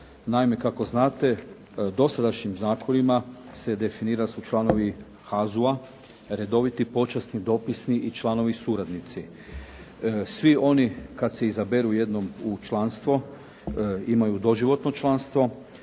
Naime, kako znate dosadašnjim zakonima se definira da su članovi HAZU-a redoviti počasni dopisni i članovi suradnici. Svi oni kad se izaberu jednom u članstvo imaju doživotno članstvo,